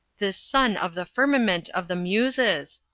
this sun of the firmament of the muses!